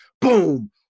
boom